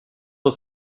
oss